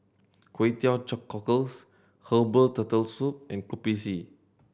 Kway Teow Cockles herbal Turtle Soup and Kopi C